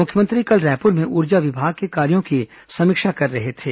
मुख्यमंत्री कल रायपुर में ऊर्जा विभाग के कार्यों की समीक्षा कर रहे थे